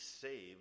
saved